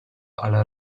alla